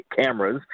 cameras